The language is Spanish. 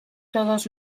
todos